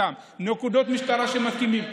נקודות משטרה שמתאימים,